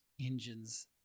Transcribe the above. engines